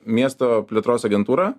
miesto plėtros agentūra